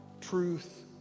truth